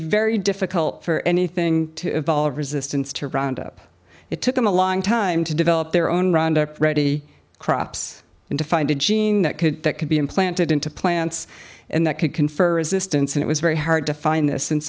very difficult for anything to evolve resistance to round up it took them a long time to develop their own roundup ready crops and to find a gene that could that could be implanted into plants and that could confer resistance and it was very hard to find th